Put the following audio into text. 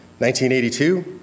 1982